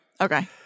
Okay